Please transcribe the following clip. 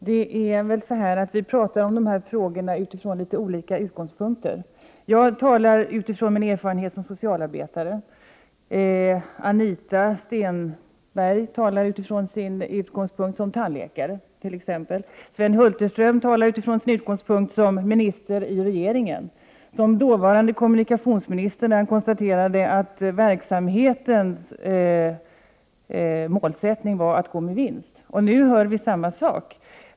Herr talman! Vi talar nog om de här frågorna från olika utgångspunkter. För min del talar jag utifrån min erfarenhet som socialarbetare. Anita Stenberg t.ex. baserar sitt resonemang på sin erfarenhet som tandläkare. Sven Hulterström talar med utgångspunkt i sin erfarenhet som minister i regeringen, som tidigare kommunikationsminister, när han konstaterar att målet för verksamheten är att det hela skulle gå med vinst. Nu hör vi samma sak.